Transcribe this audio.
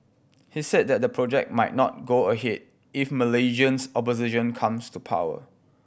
he said that the project might not go ahead if Malaysia's opposition comes to power